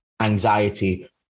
anxiety